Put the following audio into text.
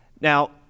Now